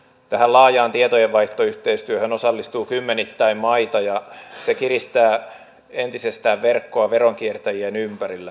tähän laajaan tietojenvaihtoyhteistyöhön osallistuu kymmenittäin maita ja se kiristää entisestään verkkoa veronkiertäjien ympärillä